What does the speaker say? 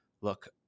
look